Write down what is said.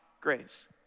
grace